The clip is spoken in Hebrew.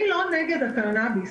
אני לא נגד הקנאביס,